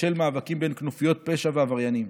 בשל מאבקים בין כנופיות פשע לעבריינים.